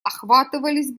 охватывались